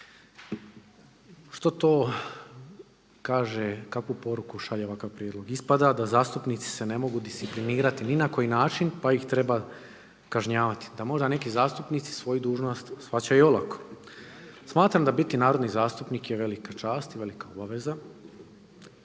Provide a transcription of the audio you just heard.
Što to kaže, kakvu poruku šalje ovakav prijedlog? Ispada da zastupnici se ne mogu disciplinirati ni na koji način pa ih treba kažnjavati, da možda neki zastupnici svoju dužnost shvaćaju olako. Smatram da biti narodni zastupnik je velika čast i velika obaveza.